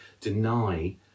deny